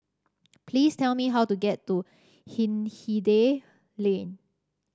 please tell me how to get to Hindhede Lane